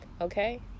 okay